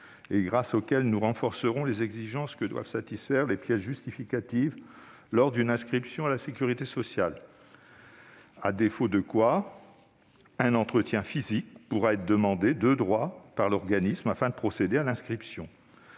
auteur, permettra de renforcer les exigences que doivent satisfaire les pièces justificatives lors d'une inscription à la sécurité sociale ; à défaut, un entretien physique pourra être demandé de droit par l'organisme avant de procéder à l'inscription.